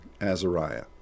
Azariah